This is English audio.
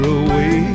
away